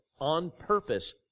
on-purpose